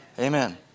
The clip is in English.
Amen